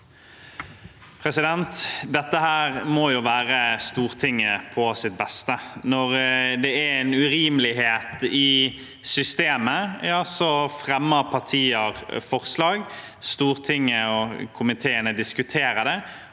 Dette må være Stortinget på sitt beste: Når det er en urimelighet i systemet, ja, så fremmer partier forslag, Stortinget og komiteene diskuterer det,